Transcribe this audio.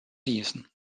season